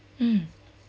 mm